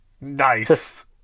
nice